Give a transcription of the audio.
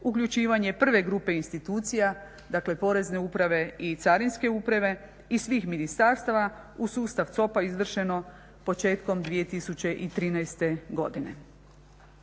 uključivanje prve grupe institucija, dakle porezne uprave i carinske uprave i svih ministarstava u sustav COP-a izvršeno početkom 2013. godine.